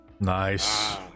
Nice